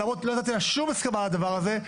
למרות שלא נתתי לה שום הסכמה לדבר הזה,